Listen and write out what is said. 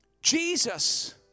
Jesus